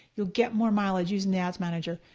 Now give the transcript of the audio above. you'll get more mileage using the ads manager.